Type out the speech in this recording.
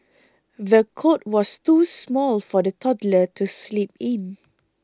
the cot was too small for the toddler to sleep in